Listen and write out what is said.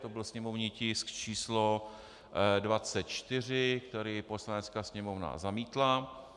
To byl sněmovní tisk číslo 24, který Poslanecká sněmovna zamítla.